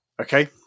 Okay